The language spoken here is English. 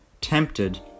tempted